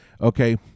okay